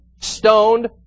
stoned